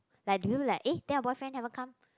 like do you like eh then your boyfriend never come